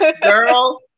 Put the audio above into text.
Girl